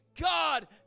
God